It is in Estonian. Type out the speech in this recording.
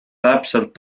täpselt